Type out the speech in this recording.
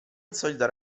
insolita